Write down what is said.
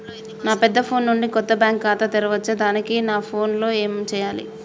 నా పెద్ద ఫోన్ నుండి కొత్త బ్యాంక్ ఖాతా తెరవచ్చా? దానికి నా ఫోన్ లో ఏం చేయాలి?